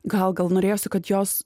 gal gal norėjosi kad jos